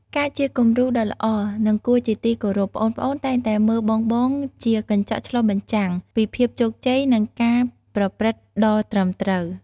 ការជាគំរូដ៏ល្អ និងគួរជាទីគោរព ប្អូនៗតែងតែមើលបងៗជា កញ្ចក់ឆ្លុះបញ្ចាំង ពីភាពជោគជ័យ និងការប្រព្រឹត្តដ៏ត្រឹមត្រូវ។